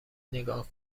نگاه